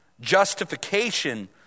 Justification